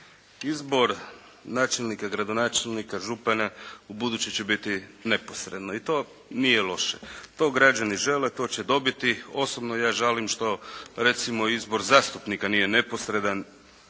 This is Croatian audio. Izbor načelnika, gradonačelnika, župana ubuduće će biti neposredno i to nije loše. To građani žele, to će dobiti, osobno ja žalim što recimo izbor zastupnika nije neposredan.